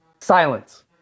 silence